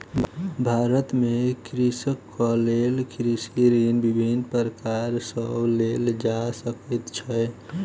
भारत में कृषकक लेल कृषि ऋण विभिन्न प्रकार सॅ लेल जा सकै छै